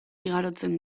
igarotzen